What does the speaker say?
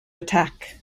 attack